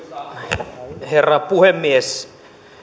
arvoisa herra puhemies